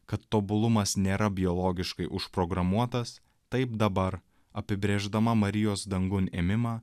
kad tobulumas nėra biologiškai užprogramuotas taip dabar apibrėždama marijos dangun ėmimą